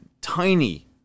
Tiny